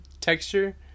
texture